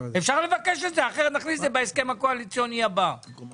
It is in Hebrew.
בחודש יולי היו הסכמות עם